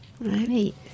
Right